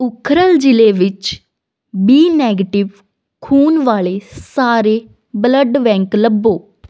ਉਖਰਲ ਜ਼ਿਲ੍ਹੇ ਵਿੱਚ B negative ਖੂਨ ਵਾਲੇ ਸਾਰੇ ਬਲੱਡ ਬੈਂਕ ਲੱਭੋ